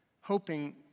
hoping